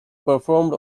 performed